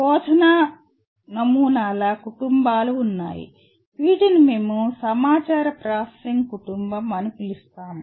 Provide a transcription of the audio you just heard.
బోధనా నమూనాల కుటుంబాలు ఉన్నాయి వీటిని మేము సమాచార ప్రాసెసింగ్ కుటుంబం అని పిలుస్తాము